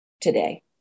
today